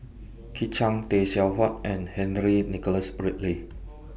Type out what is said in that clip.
Kit Chan Tay Seow Huah and Henry Nicholas Ridley